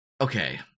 Okay